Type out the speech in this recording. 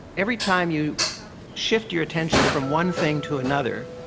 every time you shift your attention from one thing to another,